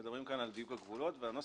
אם מדברים על שטח חפור לארכיאולוגיה,